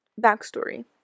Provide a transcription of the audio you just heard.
backstory